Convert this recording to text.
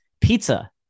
Pizza